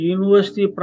University